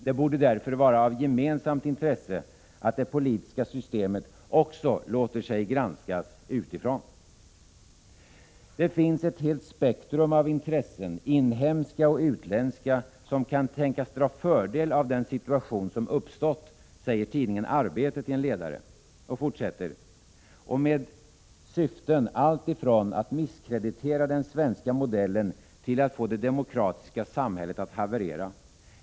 Det borde därför vara av gemensamt intresse att det politiska systemet också låter sig granskas utifrån. ”Det finns ett helt spektrum av intressen, inhemska och utländska, som kan tänkas dra fördel av den situationen som uppstått”, säger tidningen Arbetet i en ledare, och fortsätter: ”Och med syften alltifrån att misskreditera den svenska modellen till att få det demokratiska samhället att haverera.